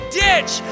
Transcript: ditch